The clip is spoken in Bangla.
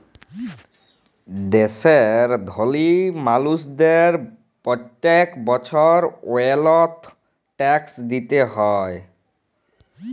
দ্যাশের ধলি মালুসদের প্যত্তেক বসর ওয়েলথ ট্যাক্স দিতে হ্যয়